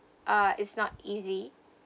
uh is not easy